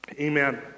Amen